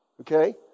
okay